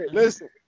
listen